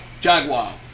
Jaguar